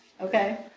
Okay